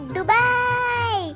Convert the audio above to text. Dubai